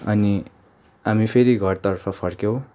अनि हामी फेरि घरतर्फ फर्क्यौँ